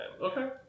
Okay